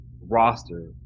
roster